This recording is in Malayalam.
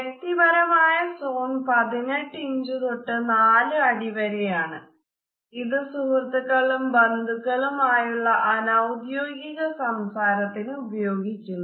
വ്യക്തിപരമായ സോൺ പതിനെട്ടു ഇഞ്ചു തൊട്ടു നാലു അടി വരെയാണ് ഇത് സുഹൃത്തുക്കളും ബന്ധുക്കളുമായുള്ള അനൌദ്യോഗിക സംസാരത്തിന് ഉപയോഗിക്കുന്നു